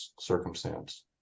circumstance